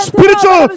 Spiritual